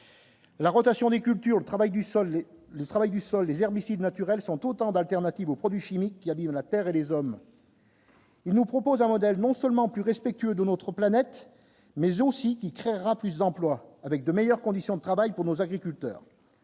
La rotation des cultures, le travail du sol le travail du sol des herbicides naturels sont autant d'alternatives aux produits chimiques qui a mis de la Terre et les hommes. Il nous propose un modèle non seulement plus respectueux de notre planète, mais aussi qui créera plus d'emplois, avec de meilleures conditions de travail pour nos agriculteurs